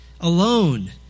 alone